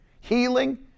healing